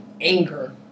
anger